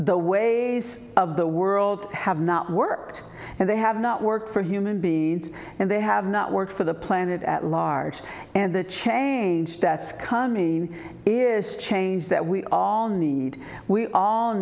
the ways of the world have not worked and they have not worked for human beings and they have not worked for the planet at large and the change that scummy is change that we all need we all